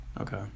Okay